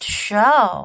show